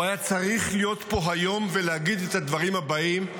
הוא היה צריך להיות פה היום ולהגיד את הדברים הבאים,